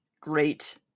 great